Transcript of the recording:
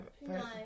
No